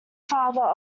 father